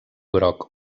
groc